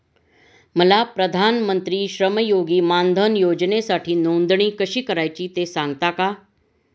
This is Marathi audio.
मला प्रधानमंत्री श्रमयोगी मानधन योजनेसाठी नोंदणी कशी करायची ते सांगता का?